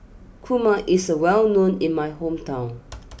Kurma is a well known in my hometown